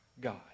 God